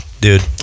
Dude